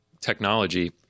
technology